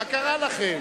מה קרה לכם?